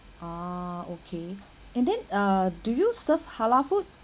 ah okay and then uh do you serve halal food